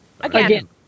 Again